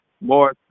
more